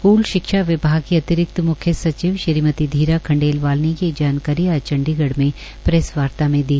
school शिक्षा विभाग के अतिरिक्त म्ख्य सचिव धीरा खंडेलवाल ने ये जानकारी आज चंडीगढ़ प्रैस वार्ता में दी